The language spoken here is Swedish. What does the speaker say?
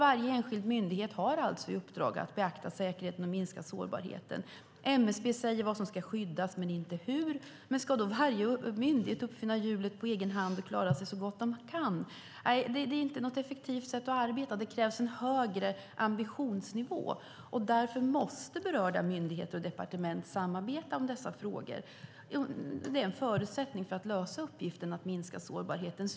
Varje enskild myndighet har alltså i uppdrag att beakta säkerheten och minska sårbarheten. MSB säger vad som ska skyddas men inte hur. Ska då varje myndighet uppfinna hjulet på egen hand och klara sig så gott man kan? Det är inte något effektivt sätt att arbeta. Det krävs en högre ambitionsnivå. Därför måste berörda myndigheter och departement samarbeta om dessa frågor. Det är en förutsättning för att lösa uppgiften att minska sårbarheten.